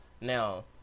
now